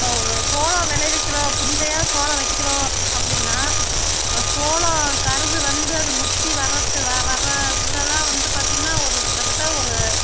இப்போ ஒரு சோளம் விளை விற்கிறோம் புஞ்சையாக சோளம் வைக்கிறோம் அப்படின்னா அந்த சோளம் கருது வந்து அது முற்றி வரத்து வா வர்ற இதுல எல்லாம் வந்து பார்த்தீங்கன்னா ஒரு கிட்டத்தட்ட ஒரு